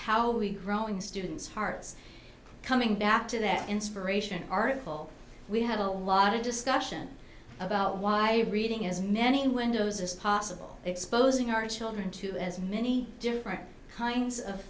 how we growing students hearts coming back to that inspiration article we have a lot of discussion about why reading as many windows as possible exposing our children to as many different kinds of